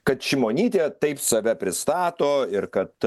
kad šimonytė taip save pristato ir kad